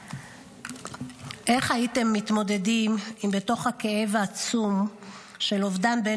איך הייתם מתמודדים בתוך הכאב העצום של אובדן בן